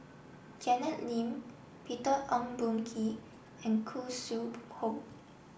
Janet Lim Peter Ong Boon Kwee and Khoo Sui Hoe